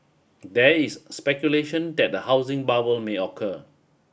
there is speculation that a housing bubble may occur